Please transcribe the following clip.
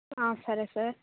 సరే సార్